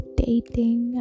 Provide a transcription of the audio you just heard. dating